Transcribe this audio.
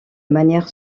manière